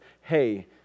hey